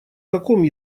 каком